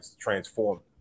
transform